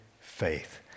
faith